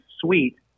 suite